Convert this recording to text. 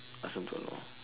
I also don't know